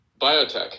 biotech